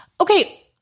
Okay